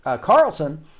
Carlson